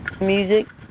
music